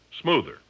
smoother